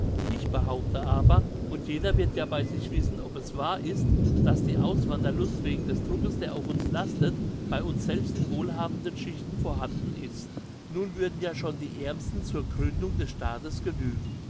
ich behaupte aber und jeder wird ja bei sich wissen ob es wahr ist dass die auswanderlust wegen des druckes der auf uns lastet bei uns selbst in wohlhabenden schichten vorhanden ist nun würden ja schon die aermsten zur gründung des staates genügen